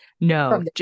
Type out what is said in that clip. no